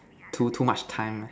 too too much time